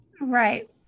Right